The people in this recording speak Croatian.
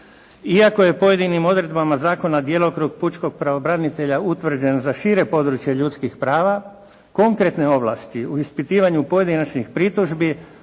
Iako je pojedinim odredbama zakona djelokrug pučkog pravobranitelja utvrđen za šire područje ljudskih prava, konkretne ovlasti u ispitivanju pojedinačnih pritužbi